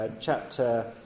chapter